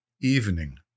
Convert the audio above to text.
Evening